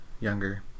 younger